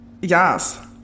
Yes